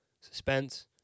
suspense